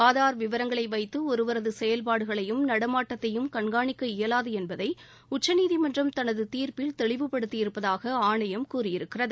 ஆதார் விவரங்களை வைத்து ஒருவரது செயல்பாடுகளையும் நடமாட்டத்தையும் கண்காணிக்க இயலாது என்பதை உச்சநீதிமன்றம் தனது தீர்ப்பில் தெளிவுபடுத்தியிருப்பதாக ஆணையம் கூறியிருக்கிறது